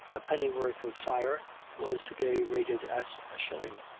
a pennyworth of fire was to-day rated at a shilling,